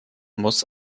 muss